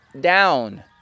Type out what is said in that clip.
down